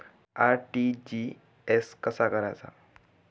RTGS कसा करायचा?